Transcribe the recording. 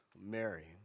Mary